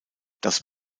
das